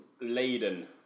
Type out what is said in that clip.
Laden